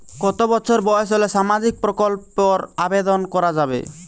কত বছর বয়স হলে সামাজিক প্রকল্পর আবেদন করযাবে?